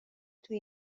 توی